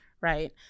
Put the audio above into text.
right